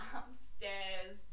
upstairs